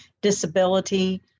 disability